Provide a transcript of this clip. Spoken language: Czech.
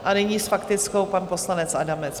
A nyní s faktickou pan poslanec Adamec.